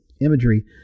imagery